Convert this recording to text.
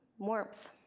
warmth,